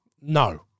No